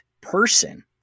person